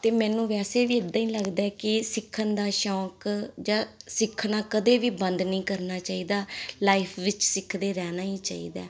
ਅਤੇ ਮੈਨੂੰ ਵੈਸੇ ਵੀ ਇੱਦਾਂ ਹੀ ਲੱਗਦਾ ਕਿ ਸਿੱਖਣ ਦਾ ਸ਼ੌਂਕ ਜਾਂ ਸਿੱਖਣਾ ਕਦੇ ਵੀ ਬੰਦ ਨਹੀਂ ਕਰਨਾ ਚਾਹੀਦਾ ਲਾਈਫ ਵਿੱਚ ਸਿੱਖਦੇ ਰਹਿਣਾ ਹੀ ਚਾਹੀਦਾ